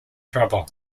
trouble